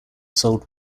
sold